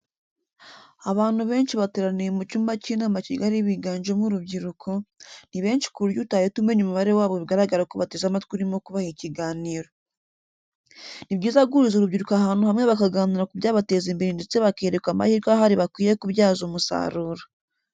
Abantu benshi bateraniye mu cyumba cy'inama kigari biganjemo urubyiruko, ni benshi ku buryo utahita umenya umubare wabo bigaragra ko bateze amatwi urimo kubaha ikiganiro. Ni byiza guhuriza urubyiruko ahantu hamwe bakaganira ku byabateza imbere ndetse bakerekwa amahirwe ahari bakwiye kubyaza umusaruro.